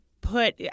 put